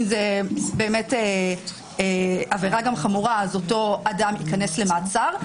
אם זו עבירה חמורה אז אותו אדם ייכנס למעצר.